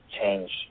change